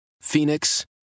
Phoenix